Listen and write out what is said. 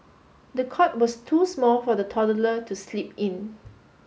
the cot was too small for the toddler to sleep in